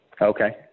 Okay